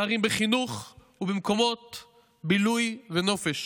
פערים בחינוך ובמקומות בילוי ונופש.